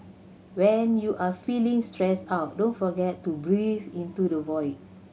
when you are feeling stressed out don't forget to breathe into the void